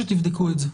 אני מבקש שתבדקו את זה.